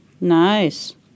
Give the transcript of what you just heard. Nice